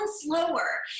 slower